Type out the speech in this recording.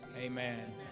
amen